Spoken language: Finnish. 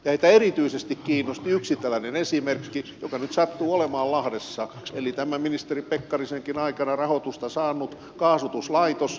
heitä erityisesti kiinnosti yksi tällainen esimerkki joka nyt sattuu olemaan lahdessa eli tämä ministeri pekkarisenkin rahoitusta aikanaan saanut kaasutuslaitos